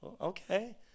Okay